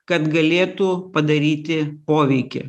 kad galėtų padaryti poveikį